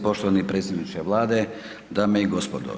Poštovani predsjedniče Vlade, dame i gospodo.